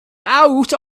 out